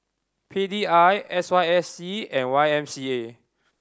P D I S Y S C and Y M C A